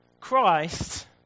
Christ